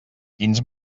quins